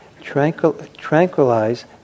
Tranquilize